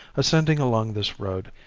ascending along this road,